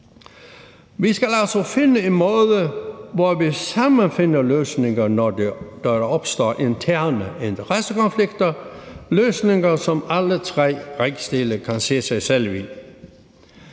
Vi skal altså finde en måde, hvor vi sammen finder løsninger, når der opstår interne interessekonflikter – løsninger, som alle tre rigsdele kan se sig selv i.